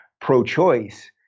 pro-choice